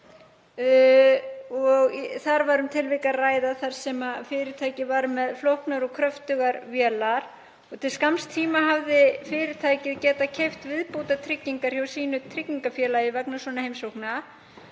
Þar var um tilvik að ræða þar sem fyrirtækið var með flóknar og kröftugar vélar. Til skamms tíma hafði fyrirtækið getað keypt viðbótartryggingar hjá tryggingafélagi sínu vegna svona heimsókna